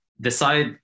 decide